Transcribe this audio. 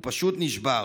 הוא פשוט נשבר.